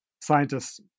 scientists